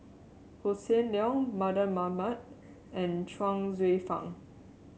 Hossan Leong Mardan Mamat and Chuang Hsueh Fang